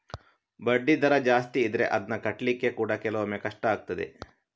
ಬಡ್ಡಿ ದರ ಜಾಸ್ತಿ ಇದ್ರೆ ಅದ್ನ ಕಟ್ಲಿಕ್ಕೆ ಕೂಡಾ ಕೆಲವೊಮ್ಮೆ ಕಷ್ಟ ಆಗ್ತದೆ